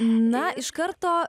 na iš karto